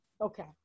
Okay